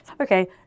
okay